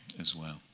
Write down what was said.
as well.